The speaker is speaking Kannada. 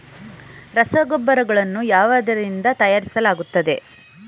ರಸಗೊಬ್ಬರಗಳನ್ನು ಯಾವುದರಿಂದ ತಯಾರಿಸಲಾಗುತ್ತದೆ?